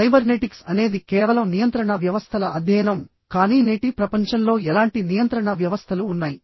cybernetics అనేది కేవలం నియంత్రణ వ్యవస్థల అధ్యయనం కానీ నేటి ప్రపంచంలో ఎలాంటి నియంత్రణ వ్యవస్థలు ఉన్నాయి